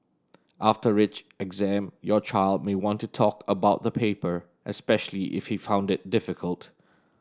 after rich exam your child may want to talk about the paper especially if he found it difficult